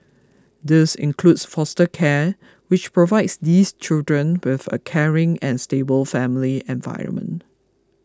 this includes foster care which provides these children with a caring and stable family environment